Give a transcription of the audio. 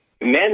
Men